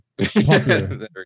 popular